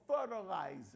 fertilizer